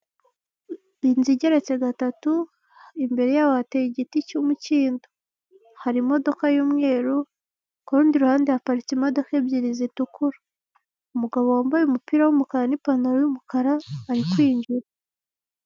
Inzu igeretse gatatu imbere yaho hateye igiti cy'umukindo, hari imodoka y'umweru ku rundi ruhande haparitse imodoka ebyiri zitukura, umugabo wambaye umupira w'umukara n'ipantaro y'umukara ari kwinjira.